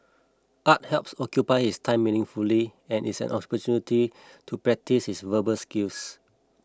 art helps occupy his time meaningfully and is an opportunity to practise his verbal skills